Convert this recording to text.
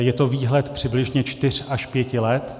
Je to výhled přibližně čtyř až pěti let.